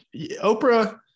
oprah